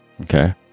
Okay